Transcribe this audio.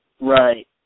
Right